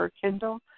Kindle